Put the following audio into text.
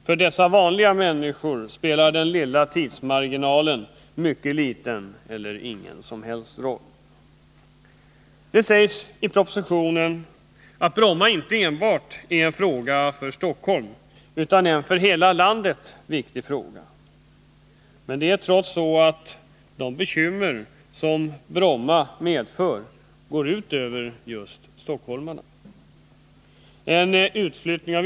För dessa vanliga människor spelar den lilla tidsmarginalen mycket liten eller ingen roll. Det sägs i propositionen att Bromma inte enbart är en fråga för Stockholm utan är en för hela landet viktig fråga. Men det är trots allt så att de bekymmer som Bromma medför går ut över stockholmarna.